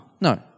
No